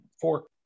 four